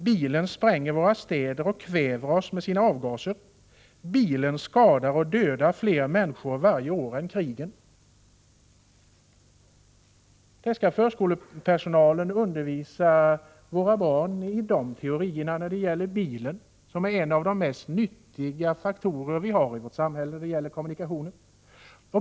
Bilen spränger våra städer och kväver oss med sina avgaser. Bilen skadar och dödar fler människor varje år än krigen.” Förskolepersonalen skall alltså undervisa våra barn i dessa teorier om bilen, som är en av de mest nyttiga faktorer vi har i vårt samhälle när det gäller kommunikationer.